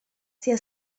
sia